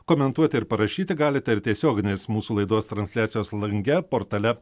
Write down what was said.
komentuoti ir parašyti galite ir tiesioginės mūsų laidos transliacijos lange portale